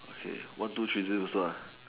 okay one two three scissors paper stone